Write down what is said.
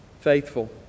faithful